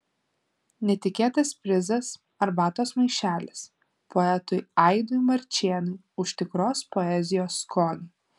netikėtas prizas arbatos maišelis poetui aidui marčėnui už tikros poezijos skonį